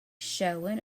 showing